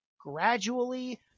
gradually